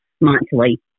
monthly